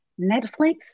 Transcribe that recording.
Netflix